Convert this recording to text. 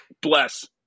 Bless